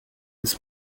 his